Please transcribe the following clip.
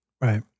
Right